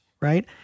Right